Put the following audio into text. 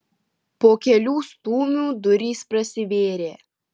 po kelių stūmių durys prasivėrė